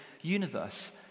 universe